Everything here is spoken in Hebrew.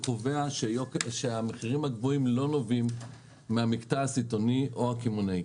הוא קובע שהמחירים הגבוהים לא נובעים מהמקטע הסיטונאי או הקמעונאי.